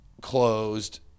closed